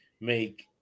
make